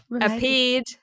appeared